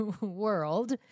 world